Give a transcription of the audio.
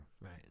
Right